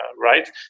right